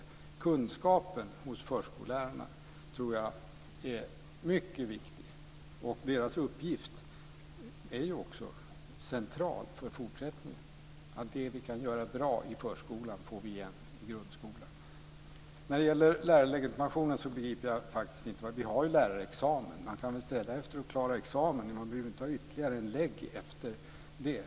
Jag tror att kunskapen hos förskollärarna är mycket viktig, och deras uppgift är också central för fortsättningen. Allt det som vi kan göra bra i förskolan får vi igen i grundskolan. Kravet på lärarlegitimation begriper jag faktiskt inte. Vi har ju en lärarexamen. Man kan sträva efter att klara sin examen, men man behöver inte ha ytterligare en legitimation efter detta.